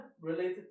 related